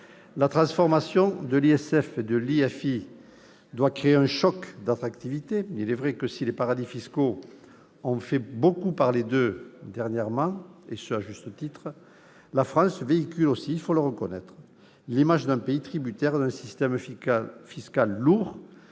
La transformation de l'ISF en IFI doit créer un choc d'attractivité. Il est vrai que si les paradis fiscaux ont fait beaucoup parler d'eux dernièrement, à juste titre, la France véhicule aussi- il faut le reconnaître -l'image d'un pays tributaire d'un système fiscal lourd